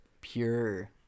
pure